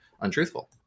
untruthful